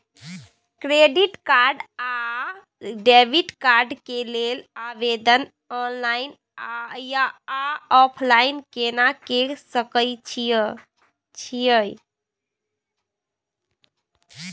Credit card आ debit card के लेल आवेदन ऑनलाइन आ ऑफलाइन केना के सकय छियै?